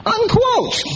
Unquote